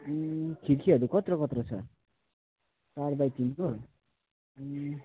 खिड्कीहरू कत्रो कत्रो छ चार बाई तिनको